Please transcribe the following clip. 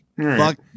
fuck